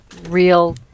real